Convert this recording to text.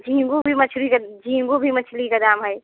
झींगा भी मछली जब झींगा भी मछली का दाम है